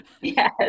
Yes